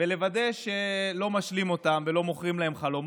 תודה רבה, אדוני.